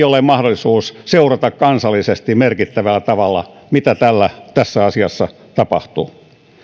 ole mahdollisuutta seurata kansallisesti merkittävällä tavalla mitä tässä asiassa tapahtuu